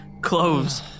cloves